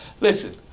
Listen